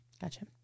gotcha